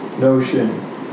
notion